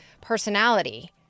personality